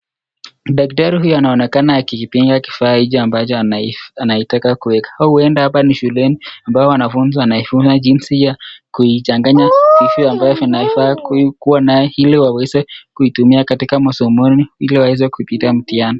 Daktari huyu anaonekana akiipiga kifaa hichi ambacho anaitaka kuweka, au huenda hapa ni shuleni ambao wanafunzi wanaivuna jinsi ya kuishanganya hivi ambavyo wanaifaa kuwa naye ili waweze kutumia katika masomoni ili waweze kuipita mtihani.